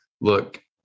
look